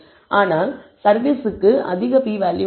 ஆனால் சர்வீஸ்க்கு அதிக p வேல்யூ உள்ளது